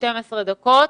12 דקות.